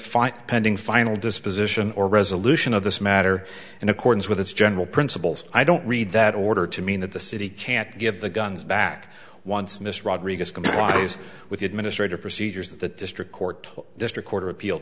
fight pending final disposition or resolution of this matter in accordance with its general principles i don't read that order to mean that the city can't give the guns back once mr rodriguez complies with the administrative procedures that the district court the district court of appeal